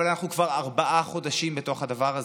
אבל אנחנו כבר ארבעה חודשים בתוך הדבר הזה.